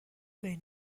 بین